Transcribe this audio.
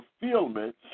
fulfillment